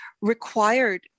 required